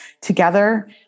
together